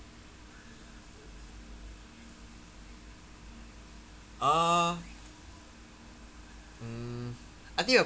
uh mm I think we're